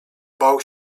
bał